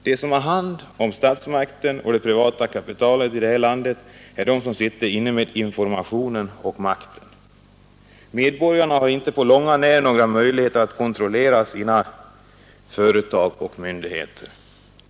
De som har hand om statsmakten och det privata kapitalet i detta land är de som sitter inne med informationen och makten. Medborgarna har inte någon möjlighet att kontrollera sina företag och myndigheterna.